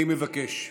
אני מבקש.